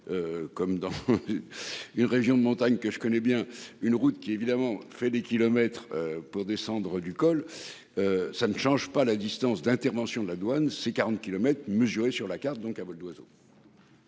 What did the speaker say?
Comme dans. Une région de montagne que je connais bien, une route qui évidemment fait des kilomètres pour descendre du col. Ça ne change pas la distance d'intervention de la douane, c'est 40 kilomètres mesuré sur la carte donc à vol d'oiseau.